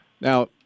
Now